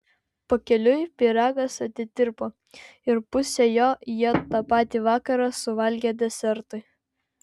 pakeliui pyragas atitirpo ir pusę jo jie tą patį vakarą suvalgė desertui